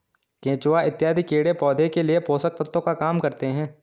केचुआ इत्यादि कीड़े पौधे के लिए पोषक तत्व का काम करते हैं